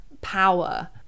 power